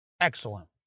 Excellent